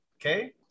Okay